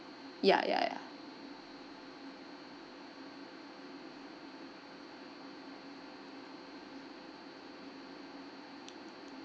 ya ya ya